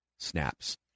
snaps